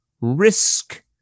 risk